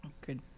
good